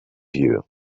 you